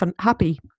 happy